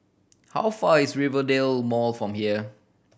how far is Rivervale Mall from here